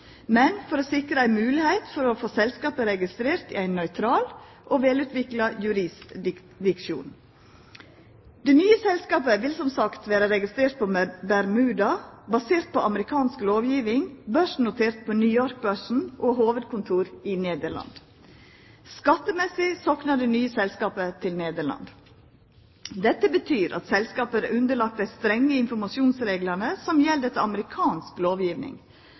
men for å sikra ei moglegheit til å få selskapet registrert i ein nøytral og velutvikla jurisdiksjon. Det nye selskapet vil som sagt vera registrert på Bermuda basert på amerikansk lovgiving, vera børsnotert på New York-børsen og ha hovudkontor i Nederland. Skattemessig soknar det nye selskapet til Nederland. Dette betyr at selskapet er underlagt dei strenge informasjonsreglane som gjeld etter amerikansk lovgiving.